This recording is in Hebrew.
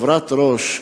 חברת "רוש",